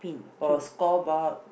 oh scoreboard